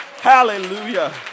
Hallelujah